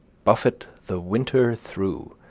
buffet the winter through,